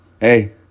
Hey